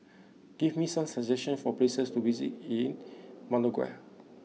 give me some suggestions for places to visit in Managua